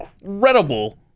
incredible